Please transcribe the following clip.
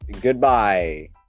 goodbye